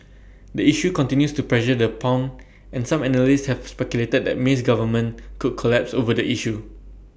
the issue continues to pressure the pound and some analysts have speculated that May's government could collapse over the issue